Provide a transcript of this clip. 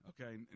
okay